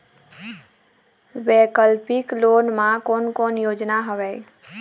वैकल्पिक लोन मा कोन कोन योजना हवए?